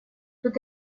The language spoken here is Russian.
тут